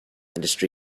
industry